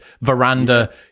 veranda